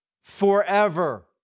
forever